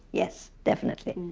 yes, definitely.